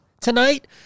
tonight